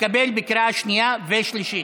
התקבל בקריאה שנייה ובקריאה שלישית,